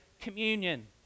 communion